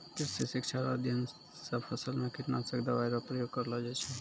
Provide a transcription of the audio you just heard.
कृषि शिक्षा रो अध्ययन से फसल मे कीटनाशक दवाई रो प्रयोग करलो जाय छै